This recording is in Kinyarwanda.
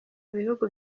bihugu